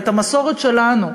את המסורת שלנו,